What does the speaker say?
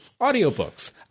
audiobooks